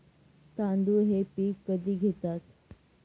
तांदूळ हे पीक कधी घेतात?